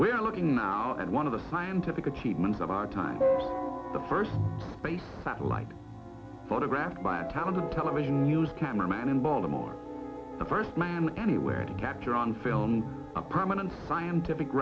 we're looking now at one of the scientific achievements of our time the first space satellite photographed by a talented television news camera man in baltimore the first man anywhere to capture on film a permanent scientific